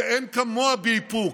שאין כמוה באיפוק,